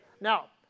now